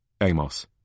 Amos